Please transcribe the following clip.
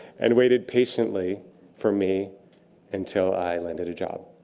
and waited patiently for me until i landed a job.